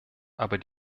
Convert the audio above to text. aber